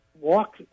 walk